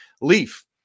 Leaf